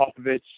Popovich